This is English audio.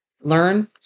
learn